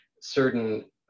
certain